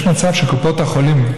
יש מצב שקופות החולים,